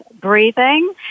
breathing